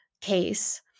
case